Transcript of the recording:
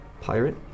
Pirate